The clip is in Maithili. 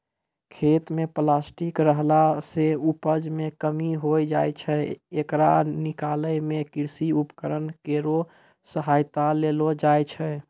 खेत म प्लास्टिक रहला सें उपज मे कमी होय जाय छै, येकरा निकालै मे कृषि उपकरण केरो सहायता लेलो जाय छै